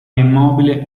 immobile